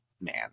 man